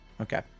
okay